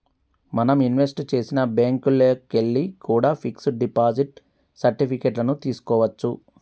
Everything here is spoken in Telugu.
మనం ఇన్వెస్ట్ చేసిన బ్యేంకుల్లోకెల్లి కూడా పిక్స్ డిపాజిట్ సర్టిఫికెట్ లను తీస్కోవచ్చు